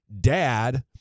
Dad